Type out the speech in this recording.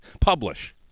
Publish